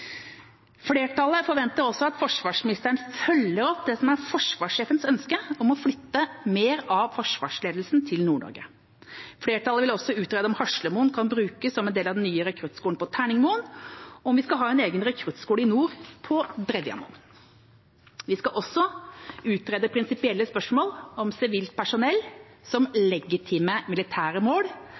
Flertallet forventer også at forsvarsministeren følger opp det som er forsvarssjefens ønske om å flytte mer av forsvarsledelsen til Nord-Norge. Flertallet vil også utrede om Haslemoen kan brukes som en del av den nye rekruttskolen på Terningmoen, og om vi skal ha en egen rekruttskole i nord på Drevjamoen. Vi skal også utrede prinsipielle spørsmål om sivilt personell som legitime militære mål,